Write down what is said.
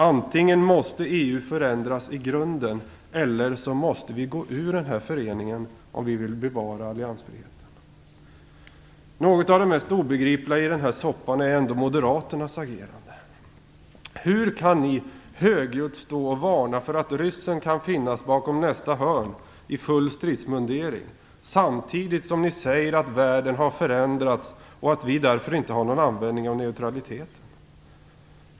Antingen måste EU förändras i grunden eller så måste vi gå ur den här föreningen, om vi vill bevara alliansfriheten. Något av det mest obegripliga i den här soppan är ändå moderaternas agerande. Hur kan de högljutt varna för att ryssen i full stridsmundering kan finnas bakom nästa hörn samtidigt som de säger att världen har förändrats och att vi därför inte har någon användning av neutraliteten?